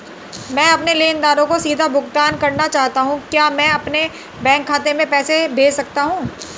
मैं अपने लेनदारों को सीधे भुगतान करना चाहता हूँ क्या मैं अपने बैंक खाते में पैसा भेज सकता हूँ?